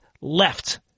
left